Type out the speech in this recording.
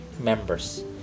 members